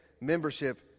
membership